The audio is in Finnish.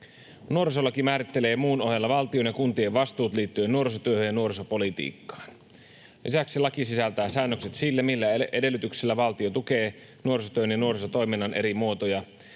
Nuorisolaki määrittelee muun ohella valtion ja kuntien vastuut liittyen nuorisotyöhön ja nuorisopolitiikkaan. Lisäksi laki sisältää säännökset sille, millä edellytyksillä valtio tukee nuorisotyön ja nuorisotoiminnan eri muotoja,